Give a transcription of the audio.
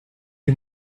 est